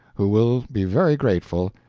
who will be very grateful,